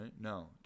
No